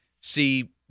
see